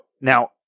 now